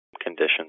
conditions